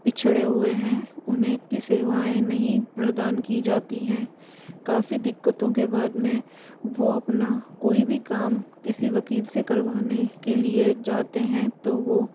पिछड़े हुए हैं उन्हें इतनी सेवाएँ नहीं प्रदान की जाती हैं काफ़ी दिक्कतों के बाद में वो अपना कोई भी काम किसी वकील से करवाने के लिए जाते हैं तो वह